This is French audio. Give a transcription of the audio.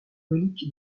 reliques